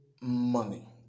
money